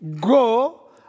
Go